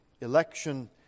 election